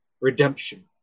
Redemption